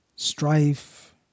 strife